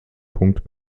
punkt